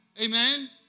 Amen